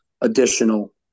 additional